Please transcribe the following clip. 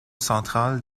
central